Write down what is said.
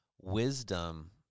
wisdom